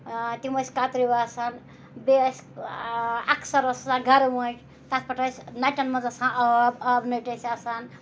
تِم ٲسۍ کَترِوٗ آسان بیٚیہِ ٲسۍ اَکثَر ٲس آسان گَرٕ وٲنٛج تَتھ پٮ۪ٹھ ٲسۍ نَٹٮ۪ن منٛز آسان آب آبہٕ نٔٹۍ ٲسۍ آسان